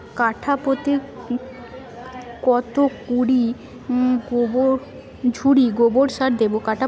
কাঠাপ্রতি কত ঝুড়ি গোবর সার দেবো?